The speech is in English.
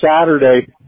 Saturday